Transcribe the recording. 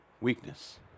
Weakness